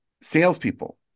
salespeople